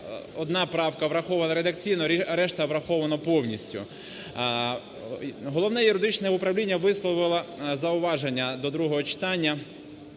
Одна правка врахована редакційно, решта враховано повністю. Головне юридичне управління висловило зауваження до другого читання.